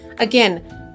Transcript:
Again